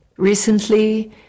recently